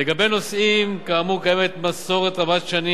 לגבי נושאים כאמור קיימת מסורת רבת-שנים